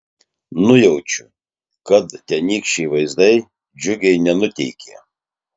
nujaučiu kad tenykščiai vaizdai džiugiai nenuteikė